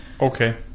Okay